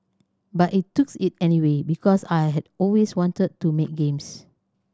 but it took it anyway because I had always wanted to make games